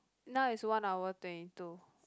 now is one hour twenty two